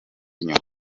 inyuma